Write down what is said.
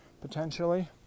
potentially